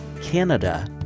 Canada